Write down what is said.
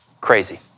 crazy